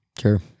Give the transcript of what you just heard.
Sure